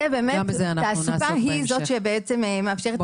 תעסוקה היא זו שמאפשרת.